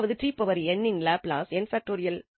அதாவது இன் லாப்லஸ் ஆகும்